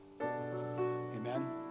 Amen